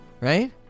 Right